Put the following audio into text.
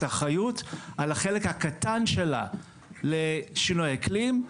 אחריות על החלק הקטן שלה לשינוי האקלים,